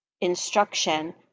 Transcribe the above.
instruction